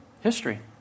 history